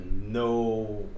no